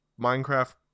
Minecraft